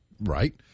Right